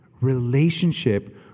relationship